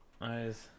Nice